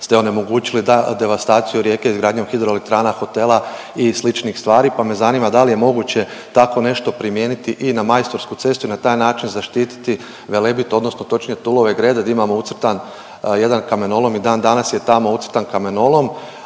ste onemogućili devastaciju rijeke, izgradnju hidroelektrana, hotela i sličnih stvari, pa me zanima da li je moguće tako nešto primijeniti i na Majstorsku cestu i na taj način zaštiti Velebit odnosno točnije Tulove grede gdje imamo ucrtan jedan kamenolom i dan danas je tamo ucrtan kamenolom,